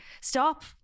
stop